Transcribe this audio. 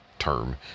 term